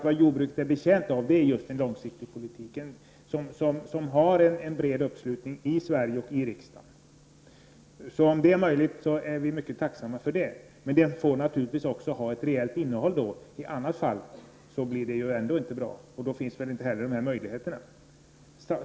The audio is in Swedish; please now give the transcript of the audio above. Vad jordbruket är betjänt av är just en långsiktig politik, som har en bred uppslutning i Sverige och i riksdagen. Om detta är möjligt, så är vi alltså mycket tacksamma för det. Men det får då naturligtvis också vara ett reellt innehåll. I annat fall blir det ju ändå inte bra.